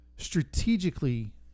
strategically